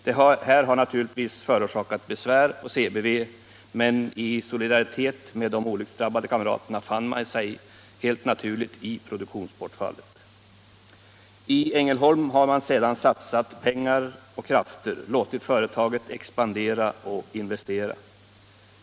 Det har naturligtvis förorsakat besvär för CBV, men i solidaritet med de olycksdrabbade kamraterna fann man sig helt naturligt i produktionsbortfallet. I Ängelholm har man sedan satsat pengar och krafter, låtit företaget expandera och investera.